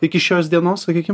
iki šios dienos sakykim